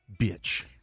bitch